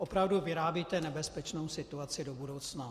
Opravdu vyrábíte nebezpečnou situaci do budoucna.